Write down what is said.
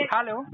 Hello